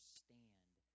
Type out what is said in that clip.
stand